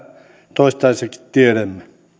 toistaiseksi tiedämme